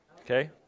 Okay